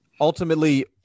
ultimately